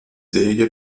serie